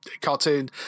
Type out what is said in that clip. cartoon